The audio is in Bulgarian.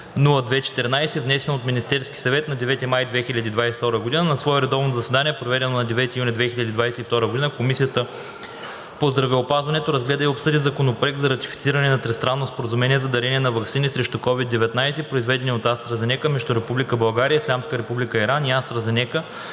внесен от Министерския съвет на 9 май 2022 г. На свое редовно заседание, проведено на 9 юни 2022 г., Комисията по здравеопазването разгледа и обсъди Законопроект за ратифициране на Тристранно споразумение за дарение на ваксини срещу COVID-19, произведени от АстраЗенека, между Република България, Ислямска република Иран и АстраЗенека